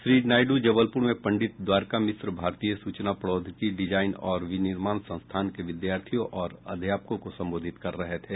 श्री नायड् जबलपुर में पंडित द्वारका प्रसाद मिश्र भारतीय सूचना प्रौद्योगिकी डिजाइन और विनिर्माण संस्थान के विद्यार्थियों और अध्यापकों को संबोधित कर रहे थे